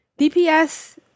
DPS